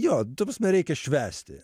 jo ta prasme reikia švęsti